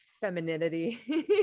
femininity